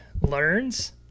learns